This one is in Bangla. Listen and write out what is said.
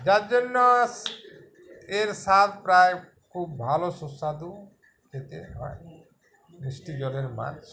যার জন্য এর স্বাদ প্রায় খুব ভালো সুস্বাদু এতে হয় মিষ্টি জলের মাছ